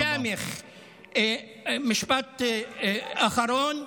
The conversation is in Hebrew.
משפט אחרון.